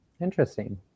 interesting